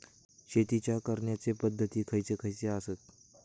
शेतीच्या करण्याचे पध्दती खैचे खैचे आसत?